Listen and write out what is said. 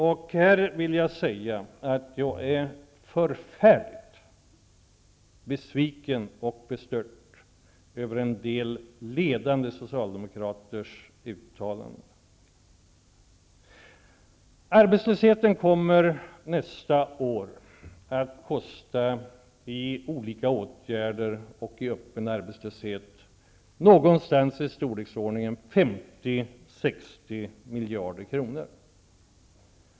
Jag vill säga att jag är förfärligt besviken och bestört över en del ledande socialdemokraters uttalanden. Nästa år kommer arbetslösheten -- det gäller olika åtgärder och den öppna arbetslösheten -- att kosta i storleksordningen 50--60 miljarder kronor.